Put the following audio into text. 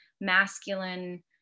masculine